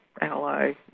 ally